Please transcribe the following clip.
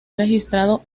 registrado